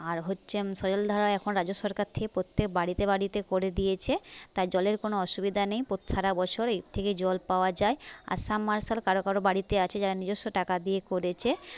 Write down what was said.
আর হচ্ছে সজলধারা এখন রাজ্য সরকার থেকে প্রত্যেক বাড়িতে বাড়িতে করে দিয়েছে তাই জলের কোনো অসুবিধা নেই সারা বছর এর থেকে জল পাওয়া যায় আর সাবমার্শাল কারো কারো বাড়িতে আছে যারা নিজস্ব টাকা দিয়ে করেছে